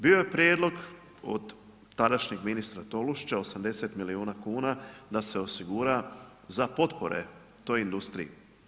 Bio je prijedlog od tadašnjeg ministra Tolušića 80 milijuna kuna da se osigura za potpore toj industriji.